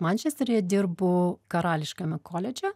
mančesteryje dirbu karališkame koledže